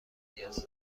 نیاز